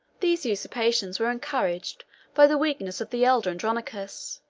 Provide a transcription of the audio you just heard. these usurpations were encouraged by the weakness of the elder andronicus,